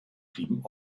blieben